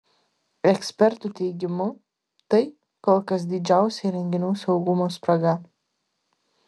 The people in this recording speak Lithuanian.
ekspertų teigimu tai kol kas didžiausia įrenginių saugumo spraga